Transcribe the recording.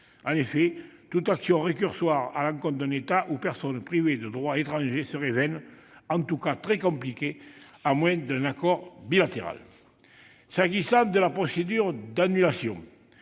En effet, toute action récursoire à l'encontre d'un État ou d'une personne privée de droit étranger serait vaine et, en tout cas, très compliquée, à moins d'un accord bilatéral. S'agissant de la procédure d'attribution,